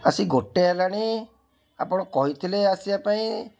ଆସିକି ଗୋଟେ ହେଲାଣି ଆପଣ କହିଥିଲେ ଆସିବା ପାଇଁ